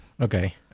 Okay